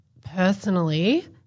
personally